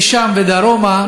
משם ודרומה,